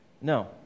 No